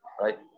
right